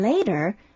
Later